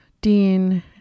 dean